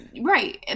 Right